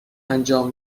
انجام